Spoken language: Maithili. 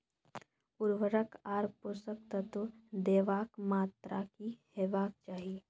उर्वरक आर पोसक तत्व देवाक मात्राकी हेवाक चाही?